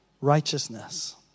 righteousness